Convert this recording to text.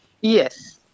yes